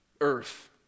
earth